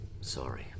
sorry